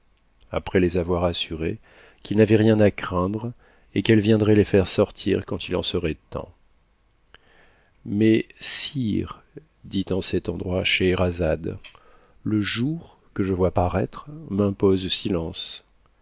après les avoir assurés qu'ils n'avaient rien à craindre et qu'elle viendrait les faire sortir quand il en serait temps mais sire dit en cet endroit scheherazade le jour que je vois paraître m'impose silence